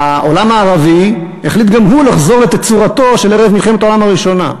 העולם הערבי החליט גם הוא לחזור לתצורתו של ערב מלחמת העולם הראשונה.